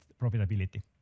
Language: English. profitability